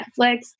Netflix